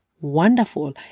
Wonderful